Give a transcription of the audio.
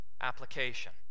application